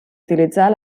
utilitzar